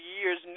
years